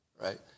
right